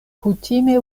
kutime